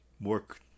work